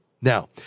Now